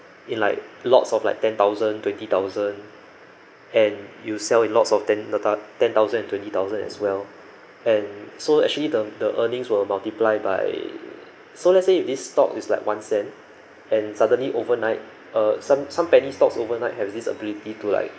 in like lots of like ten thousand twenty thousand and you sell it lots of ten ten thousand and twenty thousand as well and so actually the the earnings will multiply by so let's say if this stock is like one cent and suddenly overnight uh some some penny stocks overnight have this ability to like